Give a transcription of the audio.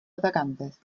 atacantes